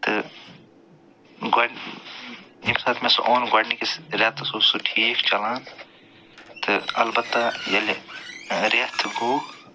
تہٕ گۄڈٕ ییٚمہِ ساتہٕ مےٚ سُہ اوٚن گۄڈنِکِس رٮ۪تَس اوس سُہ ٹھیٖک چَلان تہٕ البتہ ییٚلہِ رٮ۪تھ گوٚو